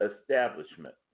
establishment